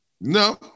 No